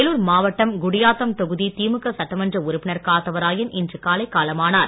வேலூர் மாவட்டம் குடியாத்தம் தொகுதி திமுக சட்டமன்ற உறுப்பினர் காத்தவராயன் இன்று காலை காலமானார்